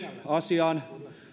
asiaan